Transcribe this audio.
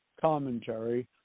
commentary